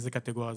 מאיזה קטגוריה זו,